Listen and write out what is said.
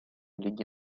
лиги